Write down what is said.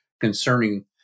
concerning